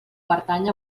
pertany